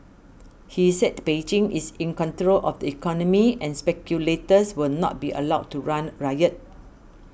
he said Beijing is in control of the economy and speculators will not be allowed to run riot